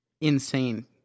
insane